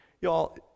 Y'all